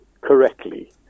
correctly